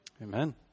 Amen